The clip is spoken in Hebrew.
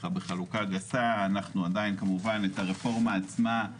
בחלוקה גסה, הרפורמה עצמה,